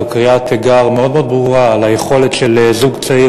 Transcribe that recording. זו קריאת תיגר מאוד מאוד ברורה על היכולת של זוג צעיר